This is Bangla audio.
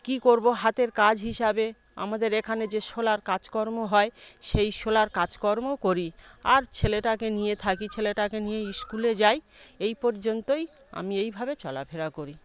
কী করব হাতের কাজ হিসাবে আমাদের এখানে সে শোলার কাজকর্ম হয় সেই শোলার কাজকর্মও করি আর ছেলেটাকে নিয়ে থাকি ছেলেটাকে নিয়ে স্কুলে যাই এই পর্যন্তই আমি এইভাবে চলাফেরা করি